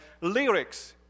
lyrics